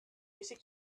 music